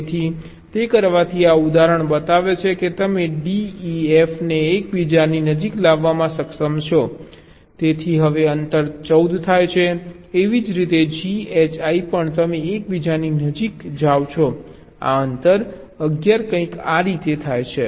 તેથી તે કરવાથી આ ઉદાહરણ બતાવે છે કે તમે D E F ને એકબીજાની નજીક લાવવામાં સક્ષમ છો તેથી હવે અંતર 14 થાય છે એવી જ રીતે G H I પણ તમે એકબીજાની નજીક જાવ છો આ અંતર 11 કંઈક આ રીતે થાય છે